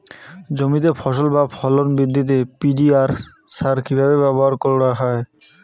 জমিতে ফসল বা ফলন বৃদ্ধিতে পি.জি.আর সার কীভাবে ব্যবহার করা হয়?